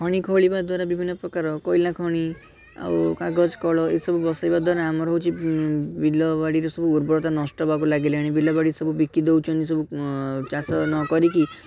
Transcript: ଖଣି ଖୋଳିବା ଦ୍ୱାରା ବିଭିନ୍ନ ପ୍ରକାର କୋଇଲା ଖଣି ଆଉ କାଗଜ କଳ ଏଇ ସବୁ ବସାଇବା ଦ୍ୱାରା ଆମର ହେଉଛି ବିଲ ବାଡ଼ିରେ ସବୁ ଉର୍ବରତା ନଷ୍ଟ ହେବାକୁ ଲାଗିଲାଣି ବିଲ ବାଡ଼ି ସବୁ ବିକି ଦେଉଛନ୍ତି ସବୁ ଚାଷ ନକରିକି